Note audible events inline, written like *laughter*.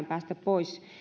*unintelligible* päästä pois